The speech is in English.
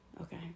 Okay